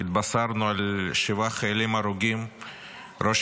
התבשרנו על שבעה חיילים הרוגים ראש